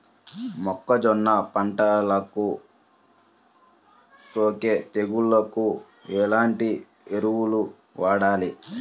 మొక్కజొన్న పంటలకు సోకే తెగుళ్లకు ఎలాంటి ఎరువులు వాడాలి?